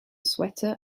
sweater